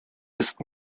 ist